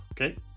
Okay